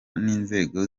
n’inzego